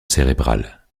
cérébrale